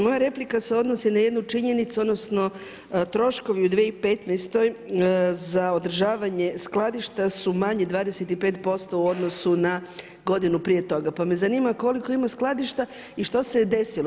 Moja replika se odnosi na jednu činjenicu, odnosno troškovi u 2015. za održavanje skladišta su manji 25% u odnosu na godinu prije toga, pa me zanima koliko ima skladišta i što se je desilo.